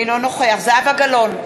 אינו נוכח זהבה גלאון,